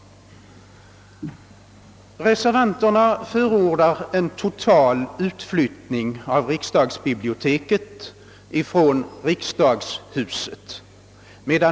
Reservanterna förordar en total utflyttning av riksdagsbiblioteket från riksdagshuset.